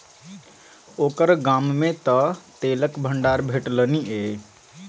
ओकर गाममे तँ तेलक भंडार भेटलनि ये